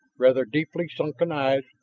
rather deeply sunken eyes,